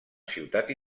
ciutat